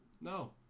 No